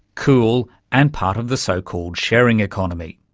cool and part of the so-called sharing economy.